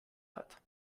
hat